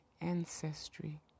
ancestry